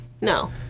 no